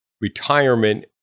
retirement